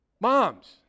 moms